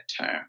term